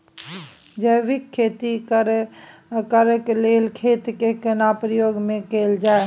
जैविक खेती करेक लैल खेत के केना प्रयोग में कैल जाय?